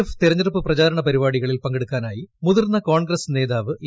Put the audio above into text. F തെരഞ്ഞെടുപ്പ് പ്രചാരണ പരിപാടികളിൽ പങ്കെടുക്കാനായി മുതിർന്ന് പ്രക്യോൺഗ്രസ് നേതാവ് എ